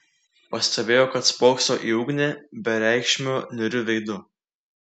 pastebėjo kad spokso į ugnį bereikšmiu niūriu veidu